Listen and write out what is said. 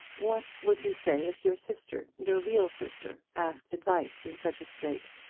what would you say if your sister, your real sister, asked advice in such a strait?